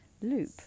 loop